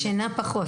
ישנה פחות.